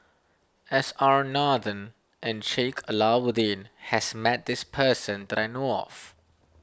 S R Nathan and Sheik Alau'ddin has met this person that I know of